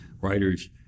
Writers